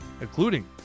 including